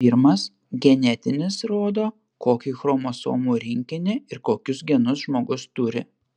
pirmas genetinis rodo kokį chromosomų rinkinį ir kokius genus žmogus turi